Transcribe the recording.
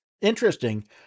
interesting